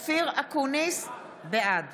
בעד